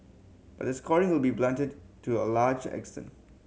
but the scoring will be blunted to a large extent